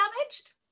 damaged